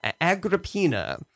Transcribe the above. Agrippina